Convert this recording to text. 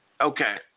Okay